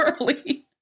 early